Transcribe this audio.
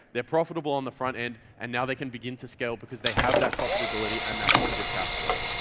they're profitable on the front end and now they can begin to scale because they have that profitability and that positive cash flow.